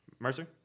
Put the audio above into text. Mercer